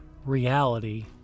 Reality